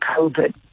COVID